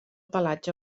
pelatge